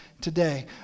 today